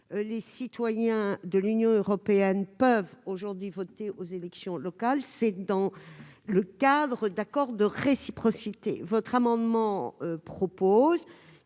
les citoyens de l'Union européenne peuvent aujourd'hui voter aux élections locales, c'est dans le cadre d'accords de réciprocité. Votre amendement a pour